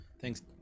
Thanks